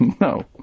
No